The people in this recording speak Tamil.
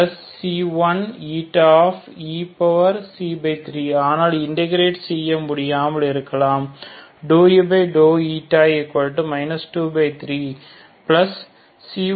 e3ஆனால் இன்டகிரேட் செய்ய முடியாமல் இருக்கலாம் ∂u 23C1